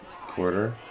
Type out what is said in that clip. quarter